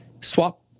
Swap